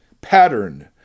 pattern